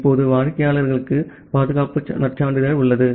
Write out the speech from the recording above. இப்போது வாடிக்கையாளருக்கு பாதுகாப்பு நற்சான்றிதழ் உள்ளது